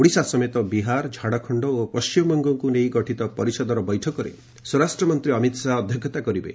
ଓଡ଼ିଶା ସମେତ ବିହାର ଝାଡ଼ଖଣ୍ଡ ଓ ପଶ୍ଚିମବଙ୍ଗକୁ ନେଇ ଗଠିତ ପରିଷଦର ବୈଠକରେ ସ୍ୱରାଷ୍ଟ୍ରମନ୍ତ୍ରୀ ଅମିତ ଶାହା ଅଧ୍ୟକ୍ଷତା କରିବେ